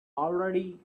already